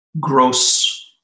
gross